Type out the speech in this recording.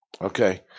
okay